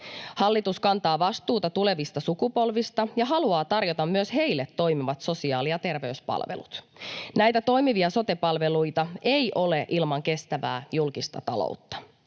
Hallitus kantaa vastuuta tulevista sukupolvista ja haluaa tarjota myös heille toimivat sosiaali- ja terveyspalvelut. Näitä toimivia sote-palveluita ei ole ilman kestävää julkista taloutta.